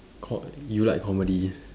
co~ you like comedy